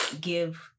give